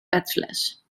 petfles